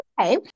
Okay